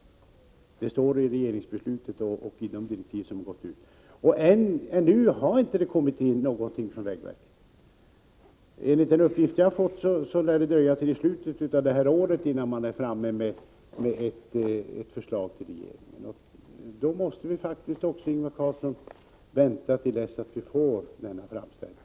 Det står alltså i regeringsbeslutet och i de direktiv som gått ut. Ännu har det inte kommit in något förslag från vägverket. Enligt en uppgift som jag har fått lär det dröja till slutet av detta år, innan man är färdig med ett förslag till regeringen. Då måste vi faktiskt också, Ingvar Karlsson i Bengtsfors, vänta tills vi får denna framställning.